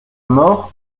mort